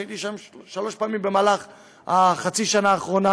שהייתי שם שלוש פעמים בחצי השנה האחרונה,